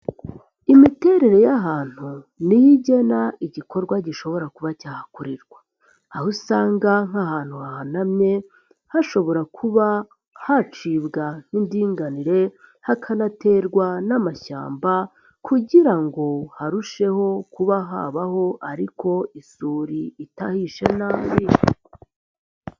Imiterere y'ahantu ni yo igena igikorwa gishobora kuba cyahakorerwa, aho usanga nk'ahantu hahanamye hashobora kuba hacibwa nk'indinganire hakanaterwa n'amashyamba kugira ngo harusheho kuba habaho ariko isuri itahishe nabi.